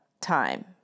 time